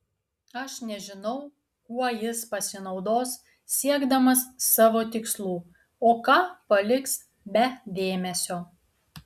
aš nežinau kuo jis pasinaudos siekdamas savo tikslų o ką paliks be dėmesio